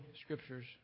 Scriptures